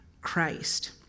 Christ